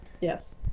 Yes